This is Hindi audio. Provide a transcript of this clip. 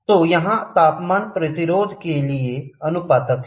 तो यहाँ तापमान प्रतिरोध के लिए आनुपातिक है